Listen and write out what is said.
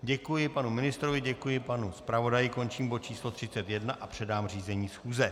Děkuji panu ministrovi, děkuji panu zpravodaji, končím bod 31 a předám řízení schůze.